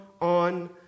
on